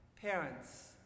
parents